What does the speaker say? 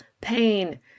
pain